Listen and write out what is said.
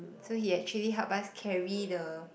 so he actually help us carry the